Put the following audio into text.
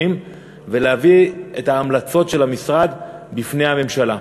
ולהביא את ההמלצות של המשרד בפני הממשלה.